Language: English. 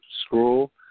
scroll